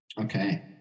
Okay